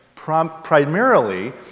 primarily